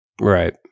Right